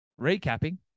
recapping